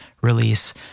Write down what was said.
release